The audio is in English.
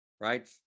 Right